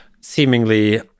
seemingly